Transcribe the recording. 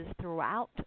throughout